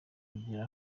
kugira